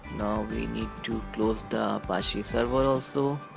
we need to close the apache server also.